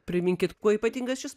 priminkit kuo ypatingas šis